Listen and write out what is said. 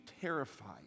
terrified